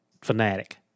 fanatic